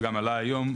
וזה עלה גם היום,